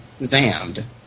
Zammed